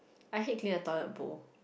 I hate clear the toilet bowl